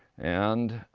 and